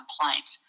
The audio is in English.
complaint